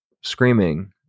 screaming